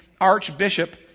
archbishop